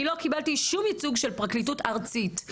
אני לא קיבלתי שום ייצוג של פרקליטות ארצית.